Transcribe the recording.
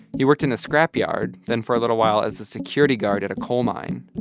he worked in a scrapyard then for a little while as a security guard at a coal mine.